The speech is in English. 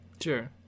sure